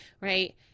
Right